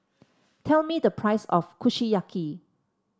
tell me the price of Kushiyaki